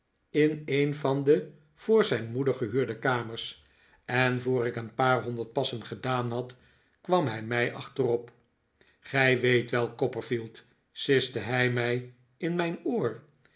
in een van de voor zijn moeder gehuurde kamers en voor ik een paar honderd passen gedaan had kwam hij mij achterop gij weet wel copperfield siste hij mij in mijn oor